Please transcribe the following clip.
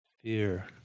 fear